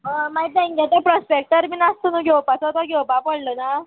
हय मागीर तेंगे ते प्रॉस्पॅक्टर बी आसत न्हय घेवपाचो तो घेवपा पडलें ना